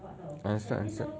understood understood